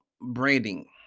branding